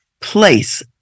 place